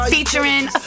Featuring